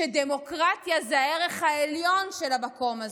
שדמוקרטיה זה הערך העליון של המקום הזה.